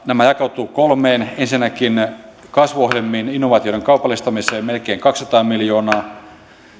nämä jakautuvat kolmeen ensinnäkin kasvuohjelmiin ja innovaatioiden kaupallistamiseen melkein kaksisataa miljoonaa